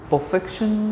Perfection